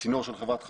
צינור של חברת חשמל,